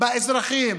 באזרחים,